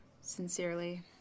Sincerely